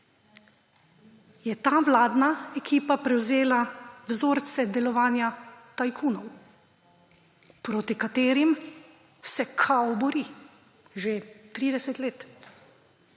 je ta vladna ekipa prevzela vzorce delovanja tajkunov, proti katerim se kao bori že 30 let